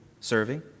serving